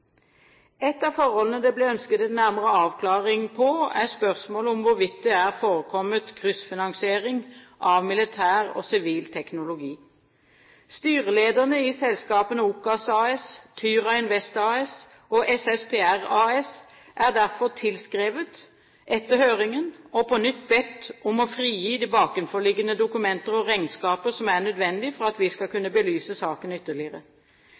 Et av forholdene det ble ønsket en nærmere avklaring på, var spørsmålet om hvorvidt det har forekommet kryssfinansiering av militær og sivil teknologi. Styrelederne i selskapene OCAS AS, Tyra Invest AS og SSPR AS er derfor tilskrevet etter høringen og på nytt bedt om å frigi de bakenforliggende dokumenter og regnskaper som er nødvendige for at vi skal kunne belyse saken ytterligere.